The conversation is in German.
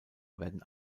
werden